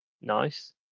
nice